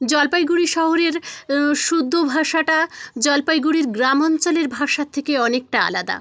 জলপাইগুড়ি শহরের শুদ্ধ ভাষাটা জলপাইগুড়ির গ্রাম অঞ্চলের ভাষার থেকে অনেকটা আলাদা